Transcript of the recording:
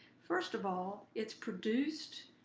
first of all, it's produced,